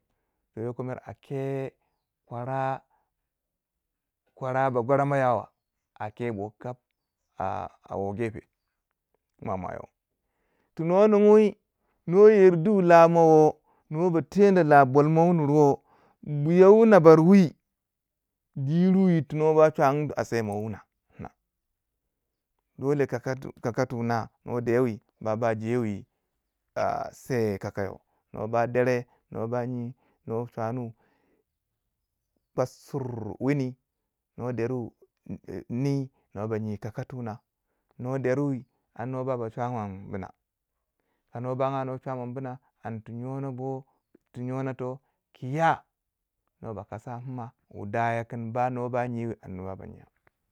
yoko mere ake kwara kwara ba gwaramaya ake bo kap a a wo gefe mwamwa yo ti no ninguwi no yardi lamo wo noba teno la bolmou wu nur wo buya wuu nanbare wi diri yiri to nwo ba changu a semo wuna wuna dole kakati kakati wuna nwo dewi se kakayo nwo ba dere nwo ba chwanu kwasur wini, nwo deru nyi nwo ba yi kakatu wuna nwo deri an nuwa ba ba chwaman bina an to nyonibu tu nyona to kiya nwo ba kasa pima wu daya kun na nyiwu anda nwo ba nyiya.